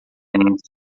silêncio